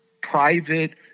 private